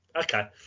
okay